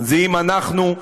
אם אנחנו,